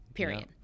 Period